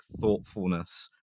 thoughtfulness